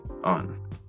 on